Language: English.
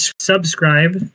subscribe